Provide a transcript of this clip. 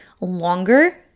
longer